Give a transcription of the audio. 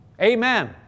Amen